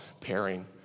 pairing